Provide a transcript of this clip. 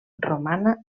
romana